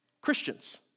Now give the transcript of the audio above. Christians